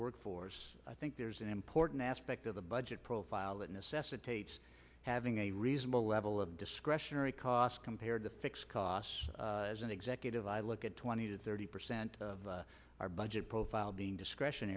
workforce i think there's an important aspect of the budget profile that necessitates having a reasonable level of discretionary cost compared to fixed costs as an executive i look at twenty to thirty percent of our budget profile being discretion